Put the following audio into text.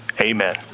amen